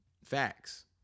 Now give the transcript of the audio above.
Facts